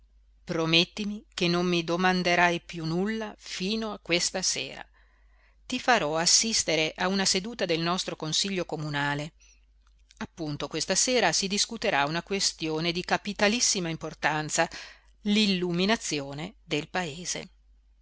promettimi che non mi domanderai piú nulla fino a questa sera ti farò assistere a una seduta del nostro consiglio comunale appunto questa sera si discuterà una questione di capitalissima importanza l'illuminazione del paese